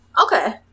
Okay